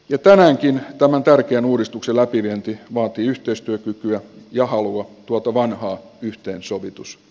jo tämänkin oman tärkeän uudistuksen läpivienti vaatii yhteistyökykyä ja halua tuota vanhaa yhteensovitus